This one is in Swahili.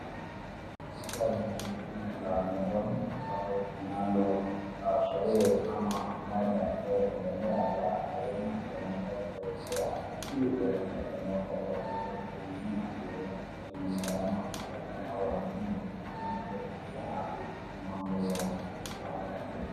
Katika jiji kuu la Nairobi ambapo tunalo sherehe ama ibada inayoendelea ya Nairobi International Trade Fair, inaletanisha pamoja watu wote nchini ikiwemo walinda usalama hata nao wanafunzi ili kujadiliana kuhusu mambo ya kufanya biashara.